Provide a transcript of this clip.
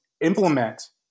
implement